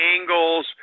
angles